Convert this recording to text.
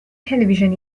television